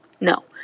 No